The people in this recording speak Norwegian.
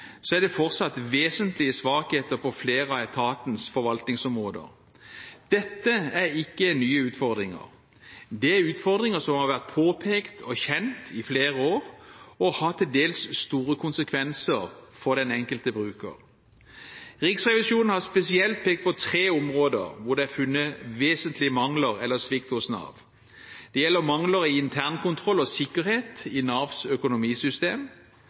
er det fortsatt vesentlige svakheter på flere av etatens forvaltningsområder. Dette er ikke nye utfordringer, det er utfordringer som har vært påpekt og kjent i flere år, og har til dels store konsekvenser for den enkelte bruker. Riksrevisjonen har pekt spesielt på tre områder hvor det er funnet vesentlige mangler eller svikt hos Nav. Det gjelder mangler i internkontroll og sikkerhet i Navs økonomisystem,